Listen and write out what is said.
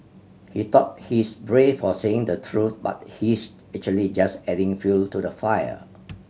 he thought he's brave for saying the truth but he's actually just adding fuel to the fire